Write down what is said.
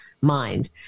mind